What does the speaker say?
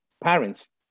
parents